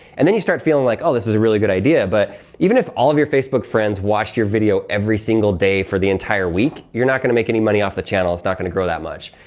and then you start feeling like oh this is a good idea, but even if all of your facebook friends watched your video every single day for the entire week, you're not gonna make any money off the channel. it's not going to grow that much.